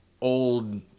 old